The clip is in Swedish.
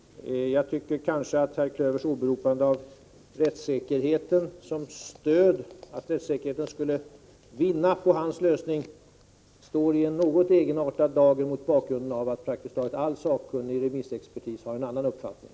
Jag tycker kanske att herr Klövers påstående att rättssäkerheten skulle vinna på hans lösning kommer i en något egenartad dager mot bakgrund av att praktiskt taget all sakkunnig remissexpertis har en annan uppfattning.